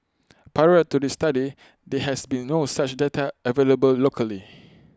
prior to this study there has been no such data available locally